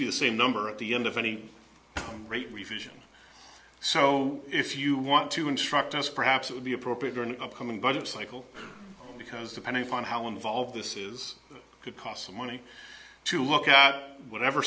to be the same number at the end of any rate revision so if you want to instruct us perhaps it would be appropriate for an upcoming budget cycle because depending on how involved this is could cost some money to look at whatever